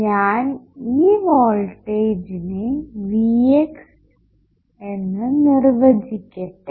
ഞാൻ ഈ വോൾട്ടേജിനെ Vx എന്ന് നിർവചിക്കട്ടെ